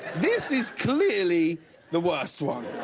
this is clearly the worst one,